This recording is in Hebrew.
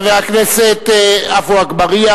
חברי הכנסת עפו אגבאריה,